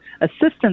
Assistance